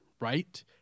right